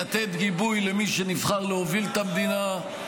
לתת גיבוי למי שנבחר להוביל את המדינה,